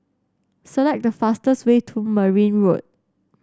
select the fastest way to Merryn Road